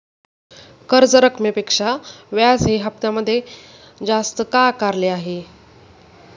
कर्ज रकमेपेक्षा व्याज हे हप्त्यामध्ये जास्त का आकारले आहे?